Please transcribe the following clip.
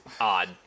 odd